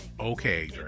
Okay